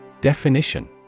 Definition